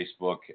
Facebook